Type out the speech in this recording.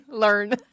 Learn